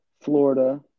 Florida